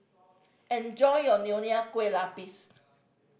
enjoy your Nonya Kueh Lapis